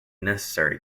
necessary